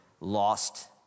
lost